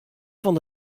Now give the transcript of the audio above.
fan